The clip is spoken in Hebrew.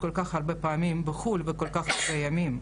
כל כך הרבה פעמים בחו"ל וכל כך הרבה ימים,